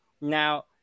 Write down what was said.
Now